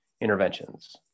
interventions